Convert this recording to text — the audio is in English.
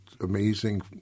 amazing